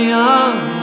young